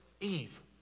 Eve